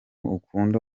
ukunda